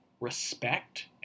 respect